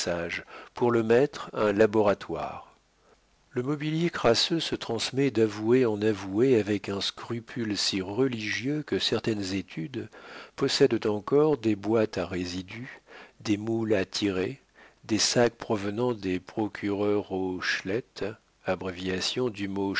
pour le maître un laboratoire le mobilier crasseux se transmet d'avoués en avoués avec un scrupule si religieux que certaines études possèdent encore des boîtes à résidus des moules à tirets des sacs provenant des procureurs au chlet abréviation du mot